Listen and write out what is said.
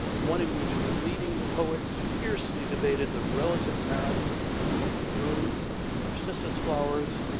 one in which leading poets fiercely debated the relative merits of the rose and the narcissus flowers,